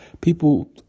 people